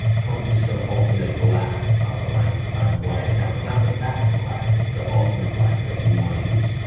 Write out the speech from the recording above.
come to some ultimate black but like by meguiar's. now it's not the back to black, it's the ultimate black that you wanna use,